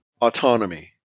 Autonomy